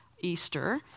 Easter